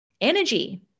energy